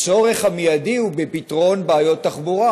הצורך המיידי הוא בפתרון בעיות תחבורה,